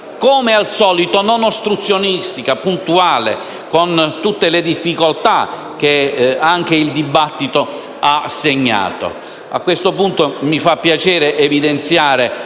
come al solito non ostruzionistica e puntuale, con tutte le difficoltà che anche il dibattito ha segnato. A questo punto mi fa piacere evidenziare